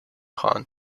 khan